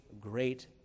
great